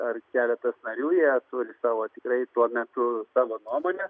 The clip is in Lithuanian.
ar keletas narių jie turi savo tikrai tuo metu savo nuomonę